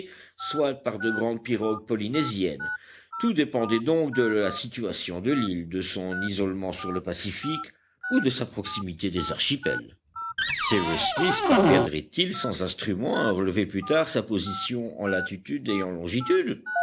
soit par de grandes pirogues polynésiennes tout dépendait donc de la situation de l'île de son isolement sur le pacifique ou de sa proximité des archipels cyrus smith parviendrait il sans instruments à relever plus tard sa position en latitude et en longitude